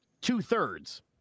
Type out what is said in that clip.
two-thirds